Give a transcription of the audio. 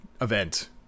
event